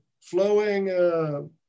flowing